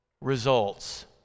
results